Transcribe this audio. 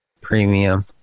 premium